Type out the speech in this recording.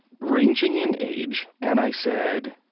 ranging in age, and i said,